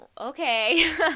okay